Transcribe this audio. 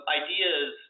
ideas